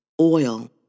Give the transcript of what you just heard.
oil